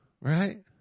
Right